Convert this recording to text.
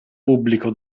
pubblico